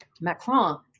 Macron